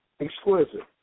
exquisite